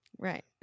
Right